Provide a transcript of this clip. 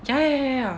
ya ya ya ya ya